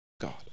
God